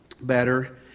better